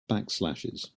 backslashes